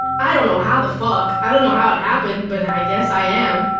i don't know how the fuck, i don't know how it happened, but i guess i am.